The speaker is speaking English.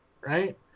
Right